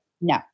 no